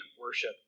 worship